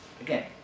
again